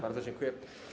Bardzo dziękuję.